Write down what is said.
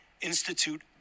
Institute